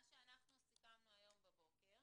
מה שסיכמנו היום בבוקר,